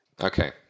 Okay